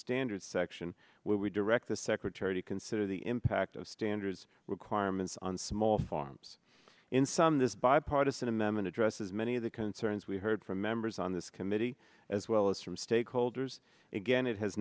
standards section where we direct the secretary to consider the impact of standards requirements on small farms in some this bipartisan m m and addresses many of the concerns we heard from members on this committee as well as from stakeholders again it has